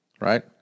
right